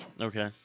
Okay